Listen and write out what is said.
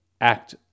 act